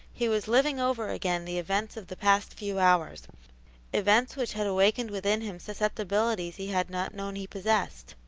he was living over again the events of the past few hours events which had awakened within him susceptibilities he had not known he possessed,